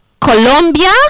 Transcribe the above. Colombia